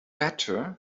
better